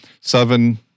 seven